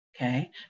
okay